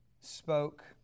spoke